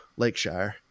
lakeshire